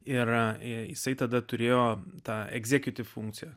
yra ėjo jisai tada turėjo tą egzekiutif funkciją